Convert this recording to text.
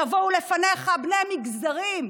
יבואו לפניך בני מגזרים,